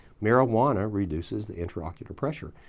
marijuana reduces the intraocular pressure.